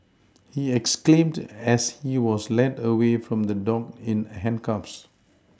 he exclaimed as he was led away from the dock in handcuffs